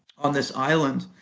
on this island.